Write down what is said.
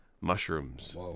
Mushrooms